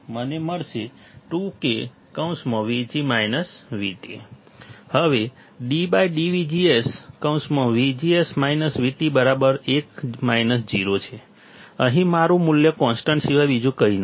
મને મળશે 2K હવે ddVGS 1 0 અહીં મારું મૂલ્ય કોન્સ્ટન્ટ સિવાય બીજું કંઈ નથી